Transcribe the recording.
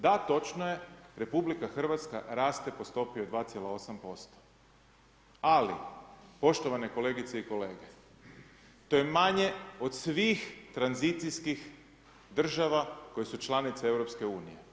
Da to točno je RH raste po stopi od 2,8% ali poštovane kolegice i kolege to je manje od svih tranzicijskih država koje su članice EU.